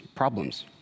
problems